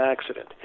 accident